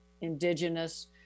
indigenous